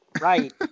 Right